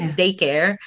daycare